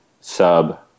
sub